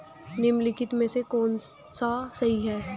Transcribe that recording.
निम्नलिखित में से कौन सा सही है?